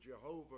Jehovah